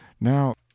now